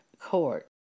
Court